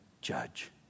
judge